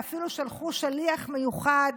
ואפילו שלחו שליח מיוחד